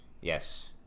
yes